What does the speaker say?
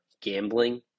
gambling